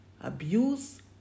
abuse